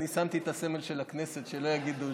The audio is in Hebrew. אני שמתי את הסמל של הכנסת שלא יגידו,